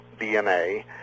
DNA